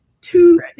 two